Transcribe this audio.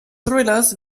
thrillers